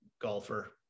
golfer